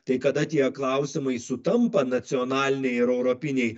tai kada tie klausimai sutampa nacionaliniai ir europiniai